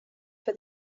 for